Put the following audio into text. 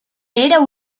era